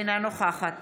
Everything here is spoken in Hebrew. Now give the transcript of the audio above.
אינה נוכחת